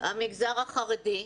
המגזר החרדי.